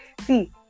See